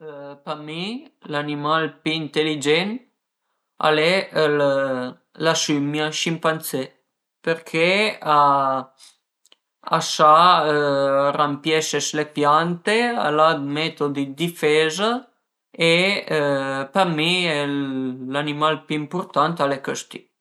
Për mi l'animal pi inteligent al e la sümia, ël scimpanzè përché a sa rampiese s'le piante, al dë metodi dë difeza e për mi l'animal pi ëmpurtant al e chëstì